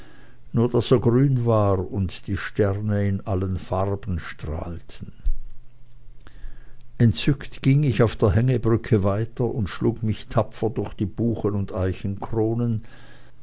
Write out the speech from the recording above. nur daß er grün war und die sterne in allen farben strahlten entzückt ging ich auf der hängebrücke weiter und schlug mich tapfer durch die buchen und